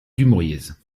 dumouriez